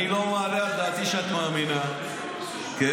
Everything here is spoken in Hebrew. אני לא מעלה על דעתי שאת מאמינה, כן?